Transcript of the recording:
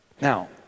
Now